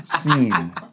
scene